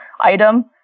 item